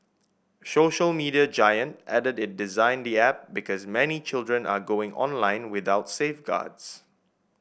social media giant added it designed the app because many children are going online without safeguards